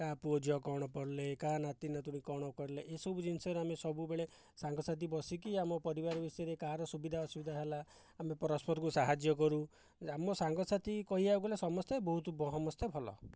ପୁଅଝିଅ କ'ଣ ପଢ଼ିଲେ କାହା ନାତିନାତୁଣୀ କ'ଣ କଲେ ଏସବୁ ଜିନିଷରେ ଆମେ ସବୁବେଳେ ସାଙ୍ଗସାଥି ବସିକି ଆମ ପରିବାର ବିଷୟରେ କାହାର ସୁବିଧା ଅସୁବିଧା ହେଲା ଆମେ ପରସ୍ପରକୁ ସାହାଯ୍ୟ କରୁ ଆମ ସାଙ୍ଗସାଥି କହିବାକୁ ଗଲେ ସମସ୍ତେ ବହୁତ ସମସ୍ତେ ଭଲ